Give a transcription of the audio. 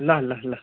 ल ल ल